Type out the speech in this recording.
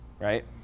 Right